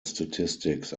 statistics